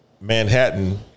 Manhattan